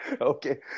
Okay